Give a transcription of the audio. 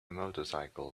motorcycle